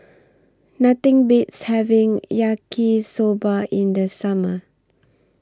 Nothing Beats having Yaki Soba in The Summer